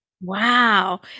Wow